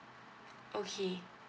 okay